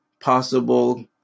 possible